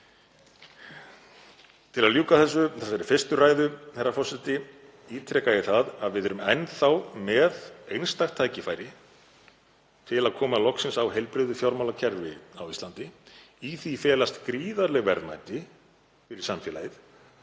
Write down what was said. Til að ljúka þessari fyrstu ræðu, herra forseti, ítreka ég að við erum enn þá með einstakt tækifæri til að koma loksins á heilbrigðu fjármálakerfi á Íslandi. Í því felast gríðarleg verðmæti fyrir samfélagið